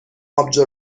آبجو